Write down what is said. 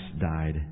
died